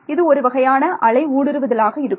இது ஒருவகையான அலை ஊடுருவுதலாக இருக்கும்